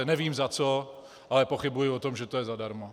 Nevím za co, ale pochybuji o tom, že to je zadarmo.